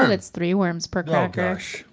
um it's three worms per cracker. oh gosh.